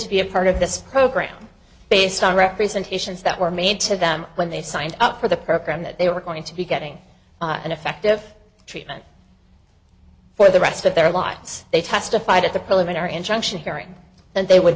to be a part of this program based on representations that were made to them when they signed up for the program that they were going to be getting an effective treatment for the rest of their lives they testified at the preliminary injunction hearing that they would